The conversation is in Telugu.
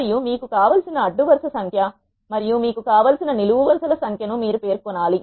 మరియు మీకు కావలసిన అడ్డు వరుస సంఖ్య మరియు మీకు కావలసిన నిలువు వరుస ల సంఖ్య ను మీరు పేర్కొనాలి